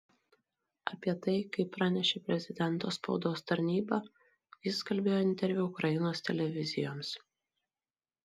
apie tai kaip pranešė prezidento spaudos tarnyba jis kalbėjo interviu ukrainos televizijoms